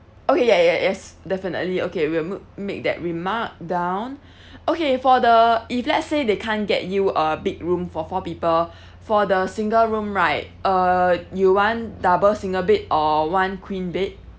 okay ya ya yes definitely okay we'll ma~ make that remark down okay for the if let's say they can't get you a big room for four people for the single room right uh you want double single bed or one queen bed